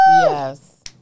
Yes